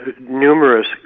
numerous